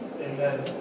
Amen